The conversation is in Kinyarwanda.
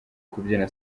kubyina